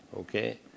Okay